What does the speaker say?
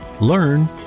learn